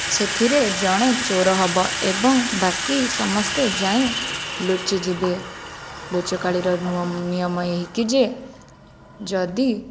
ସେଥିରେ ଜଣେ ଚୋର ହେବ ଏବଂ ବାକି ସମସ୍ତେ ଯାଇଁ ଲୁଚିଯିବେ ଲୁଚକାଳିର ନିୟମ ଏହିକି ଯେ ଯଦି